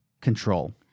Control